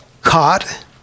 caught